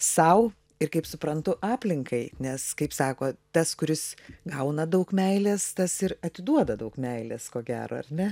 sau ir kaip suprantu aplinkai nes kaip sako tas kuris gauna daug meilės tas ir atiduoda daug meilės ko gero ar ne